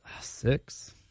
Six